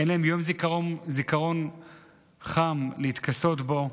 אין להם יום זיכרון חם להתכסות בו,